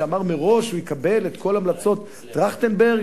שאמר מראש שהוא יקבל את כל המלצות טרכטנברג,